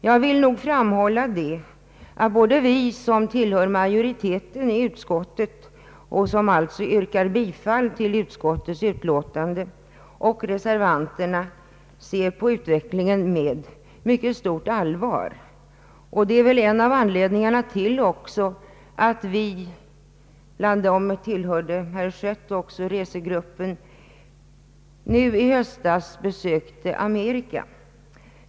Jag vill framhålla att både vi som tillhör majoriteten i utskottet och som alltså yrkar bifall till utskottets hemställan och reservanterna ser på utvecklingen med mycket stort allvar. Detta var väl också en av anledningarna till att en riksdagsdelegation, i vilken också herr Schött ingick, nu i höstas besökte Amerika.